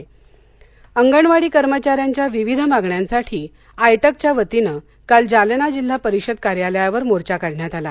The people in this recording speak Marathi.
अंगणवाडी जालना अंगणवाडी कर्मचाऱ्यांच्या विविध मागण्यांसाठी आयटकच्यावतीनं काल जालना जिल्हा परिषद कार्यालयावर मोर्चा काढण्यात आला